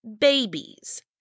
babies